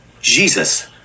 Jesus